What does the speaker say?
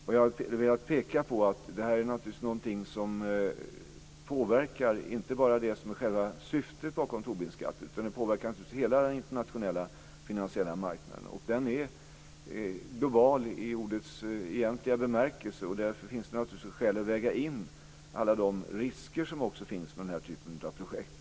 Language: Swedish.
Vad jag velat peka på är att det här är något som påverkar inte bara det som är själva syftet bakom Tobinskatten, utan det påverkar naturligtvis hela den internationella finansiella marknaden. Den är global i ordets egentliga bemärkelse. Därför finns det skäl att väga in alla de risker som finns med den här typen av projekt.